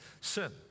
sin